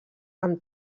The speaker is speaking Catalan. amb